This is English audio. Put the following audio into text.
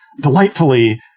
delightfully